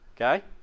okay